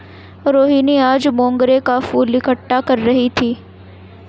रोहिनी आज मोंगरे का फूल इकट्ठा कर रही थी